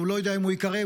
אני לא יודע אם הוא ייקרא,